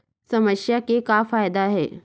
समस्या के का फ़ायदा हे?